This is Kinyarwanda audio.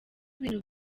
ibintu